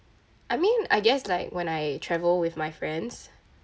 I mean I guess like when I travel with my friends